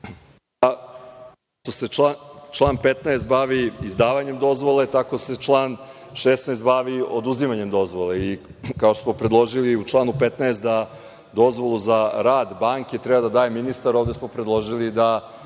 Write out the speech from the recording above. što se član 15. bavi izdavanjem dozvole, tako se član 16. bavi oduzimanjem dozvole. Kao što smo predložili u članu 15. da dozvolu za rad banke treba da daje ministar, ovde smo predložili da